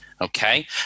okay